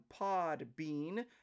Podbean